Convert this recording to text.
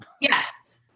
yes